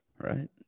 right